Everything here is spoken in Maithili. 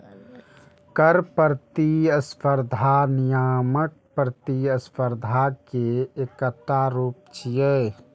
कर प्रतिस्पर्धा नियामक प्रतिस्पर्धा के एकटा रूप छियै